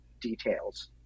details